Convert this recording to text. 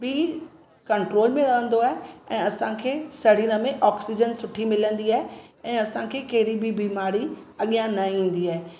P control में रहंदो आहे ऐं असांखे शरीर में ऑक्सीजन सुठी मिलंदी आहे ऐं असांखे कहिड़ी बि बीमारी अॻियां न ईंदी आहे